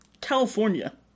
California